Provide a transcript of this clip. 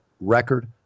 record